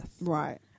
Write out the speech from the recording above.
Right